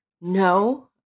No